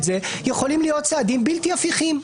זה: יכולים להיות צעדים בלתי הפיכים.